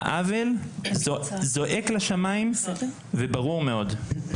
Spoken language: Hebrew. העוול זועק לשמים, וברור מאוד.